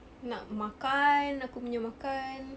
nak makan aku punya makan